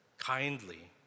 kindly